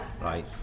right